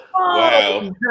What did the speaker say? wow